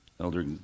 Elder